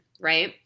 right